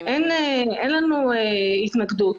אין לנו התנגדות,